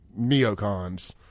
neocons